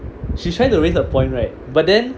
she's trying to raise her point right but then